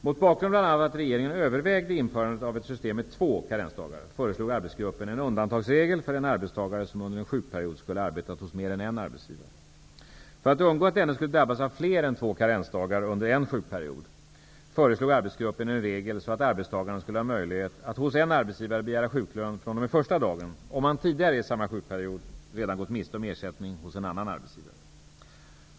Mot bakgrund bl.a. av att regeringen övervägde införande av ett system med två karensdagar föreslog arbetsgruppen en undantagsregel för en arbetstagare som under en sjukperiod skulle ha arbetat hos mer än en arbetsgivare. För att undgå att denne skulle drabbas av fler än två karensdagar under en sjukperiod föreslog arbetsgruppen en regel så att arbetstagaren skulle ha möjlighet att hos en arbetsgivare begära sjuklön fr.o.m. första dagen om han tidigare i samma sjukperiod redan gått miste om ersättning hos en annan arbetsgivare.